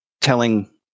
telling